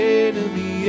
enemy